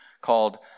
called